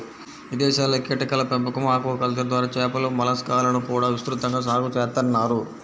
ఇదేశాల్లో కీటకాల పెంపకం, ఆక్వాకల్చర్ ద్వారా చేపలు, మలస్కాలను కూడా విస్తృతంగా సాగు చేత్తన్నారు